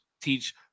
teach